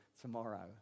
tomorrow